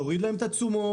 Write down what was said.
להוריד להם את התשואות,